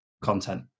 content